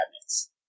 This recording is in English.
cabinets